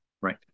right